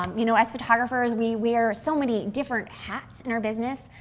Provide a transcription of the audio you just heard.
um you know, as photographers, we wear so many different hats in our business,